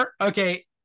okay